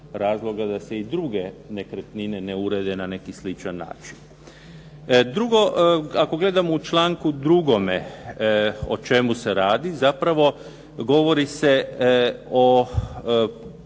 razloga da se i druge nekretnine ne urede na neki sličan način. Drugo, ako gledamo u članku 2. o čemu se radi. Zapravo govori se u stavku